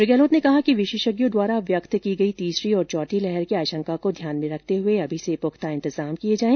श्री गहलोत ने कहा कि विशेषज्ञों द्वारा व्यक्त की गई तीसरी और चौथी लहर की आशंका को ध्यान में रखते हुए अभी से पुख्ता इंतजाम किये जाए